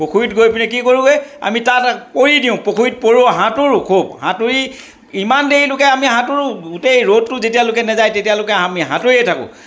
পুখুৰীত গৈ পিনে কি কৰোঁগৈ আমি তাত পৰি দিওঁ পুখুৰীত পৰোঁ সাঁতোৰো খুব সাঁতুৰি ইমান দেৰিলৈকে আমি সাঁতোৰো গোটেই ৰ'দটো যেতিয়ালৈকে নাযায় তেতিয়ালৈকে আমি সাঁতৰিয়ে থাকোঁ